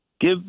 Give